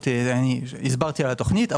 הסברתי על התוכנית.